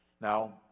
Now